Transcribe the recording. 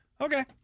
Okay